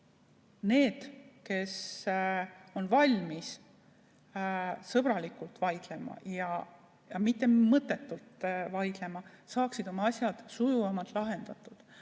need, kes on valmis sõbralikult vaidlema, mitte mõttetult vaidlema, saaksid oma asjad sujuvamalt lahendatud.